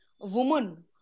woman